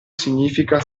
significa